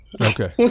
Okay